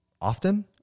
often